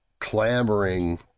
clamoring